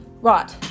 right